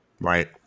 Right